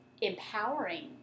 empowering